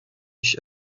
ich